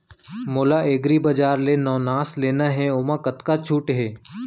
मोला एग्रीबजार ले नवनास लेना हे ओमा कतका छूट हे?